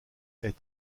est